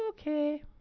Okay